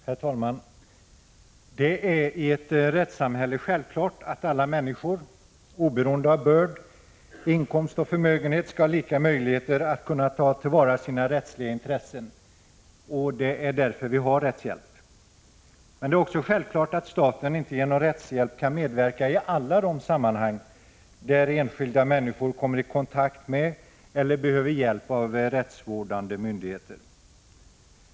Herr talman! Det är i ett rättssamhälle självklart att alla människor, oberoende av börd, inkomst och förmögenhet, skall ha lika möjlighet att kunna ta till vara sina rättsliga intressen. Det är därför vi har rättshjälp. Men det är också självklart att staten inte genom rättshjälp kan medverka i alla de sammanhang där enskilda människor kommer i kontakt med eller behöver hjälp av rättsvårdande myndigheter.